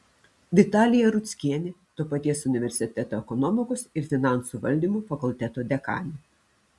vitalija rudzkienė to paties universiteto ekonomikos ir finansų valdymo fakulteto dekanė